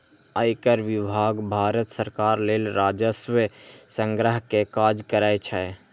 आयकर विभाग भारत सरकार लेल राजस्व संग्रह के काज करै छै